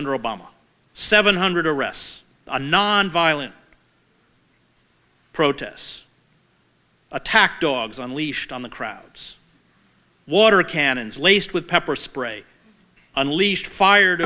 under obama seven hundred arrests on nonviolent protests attack dogs unleashed on the crowds water cannons laced with pepper spray unleashed fired